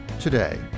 today